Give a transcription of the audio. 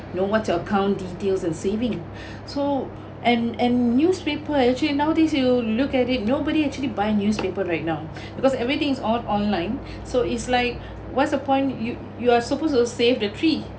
know what's your account details and saving so and and newspaper actually nowadays you look at it nobody actually buy newspaper right now because everything is all online so it's like what's the point you you are supposed to save the tree